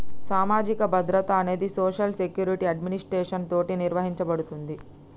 సామాజిక భద్రత అనేది సోషల్ సెక్యురిటి అడ్మినిస్ట్రేషన్ తోటి నిర్వహించబడుతుంది